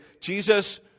Jesus